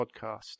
podcast